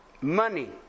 money